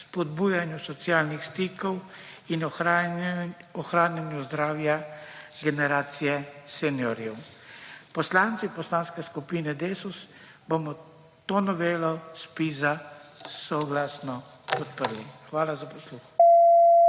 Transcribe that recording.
spodbujanju socialnih stikov in ohranjanju zdravja generacije seniorje. Poslanci Poslanske skupine Desus bomo to novelo ZPIZ-a soglasno podprli. Hvala za posluh.